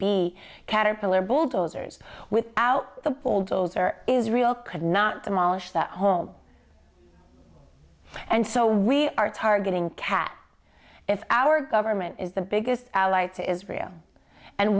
be caterpillar bulldozers without the bulldozer israel could not demolish that home and so we are targeting cat is our government is the biggest ally to israel and